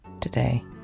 today